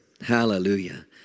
Hallelujah